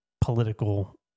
political